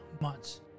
months